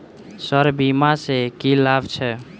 Sir बीमा सँ की लाभ छैय?